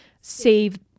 save